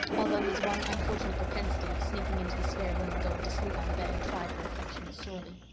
although his one unfortunate propensity of sneaking into the spare room and going to sleep on the bed tried her affection sorely.